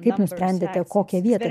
kaip nusprendėte kokią vietą